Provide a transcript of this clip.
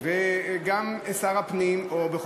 או שלי,